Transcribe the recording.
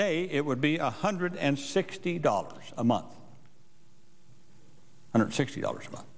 day it would be a hundred and sixty dollars a month hundred sixty dollars a month